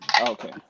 Okay